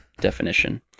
definition